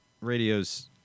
radio's